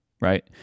right